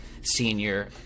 senior